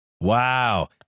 Wow